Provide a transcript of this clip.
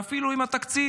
ואפילו עם התקציב.